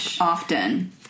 often